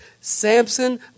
Samson